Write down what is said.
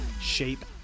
shape